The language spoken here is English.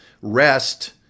rest